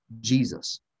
Jesus